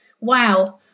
Wow